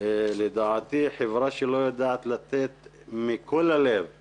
לדעתי, חברה שלא יודעת לתת מכל הלב את